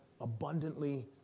abundantly